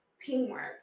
teamwork